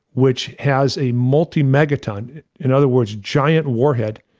which has a multi megaton in other words, giant warhead,